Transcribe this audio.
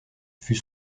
fut